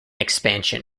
expansion